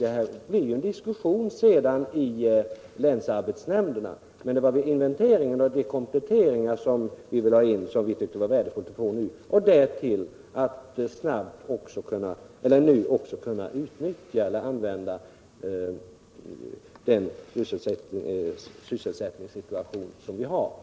Det blir en diskussion om detta i länsarbetsnämnderna. Vityckte emellertid att det var värdefullt att redan nu få fram inventeringen och de erforderliga kompletteringarna samt att vi kunde utnyttja den sysselsättningssituation vi har i dag.